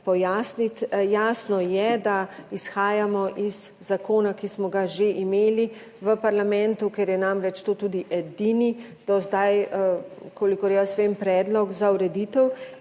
pojasniti. Jasno je, da izhajamo iz zakona, ki smo ga že imeli v parlamentu, ker je namreč to tudi edini do zdaj, kolikor jaz vem, predlog za ureditev